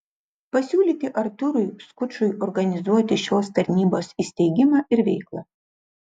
pasiūlyti artūrui skučui organizuoti šios tarnybos įsteigimą ir veiklą